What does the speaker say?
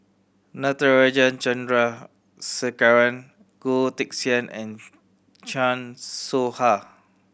Natarajan Chandrasekaran Goh Teck Sian and Chan Soh Ha